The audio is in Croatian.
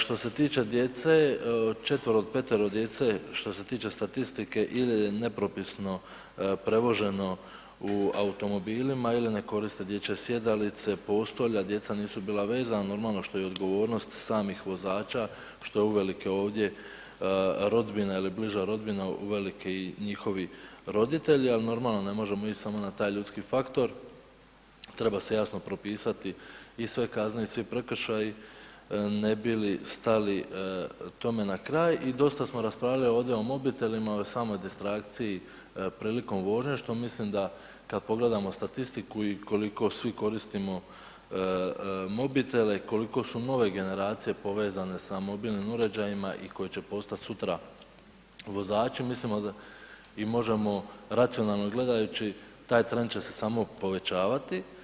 Što se tiče djece, četvero od petero djece, što se tiče statistike ili je nepropisno prevoženo u automobilima, ili ne koriste dječje sjedalice, postolja, djeca nisu bila vezano, normalno što je i odgovornost samih vozača, što je uvelike ovdje rodbina ili bliža rodbina uvelike i njihovi roditelji, ali normalno, ne možemo ići samo na taj ljudski faktor, treba se jasno propisati i sve kazne i svi prekršaji ne bi li stali tome na kraj i dosta smo raspravljali ovdje o mobitelima, o samoj destrakciji prilikom vožnje, što mislim da kad pogledamo statistiku i koliko svi koristimo mobitele i koliko su nove generacije povezane sa mobilnim uređajima i koji će postat sutra vozači, mislimo i možemo racionalno gledajući, taj trend će se samo povećavati.